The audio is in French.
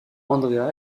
andrea